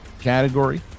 category